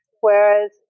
whereas